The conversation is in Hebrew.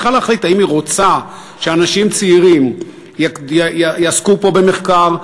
האם היא רוצה שאנשים צעירים יעסקו פה במחקר,